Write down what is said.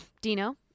Dino